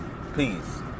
please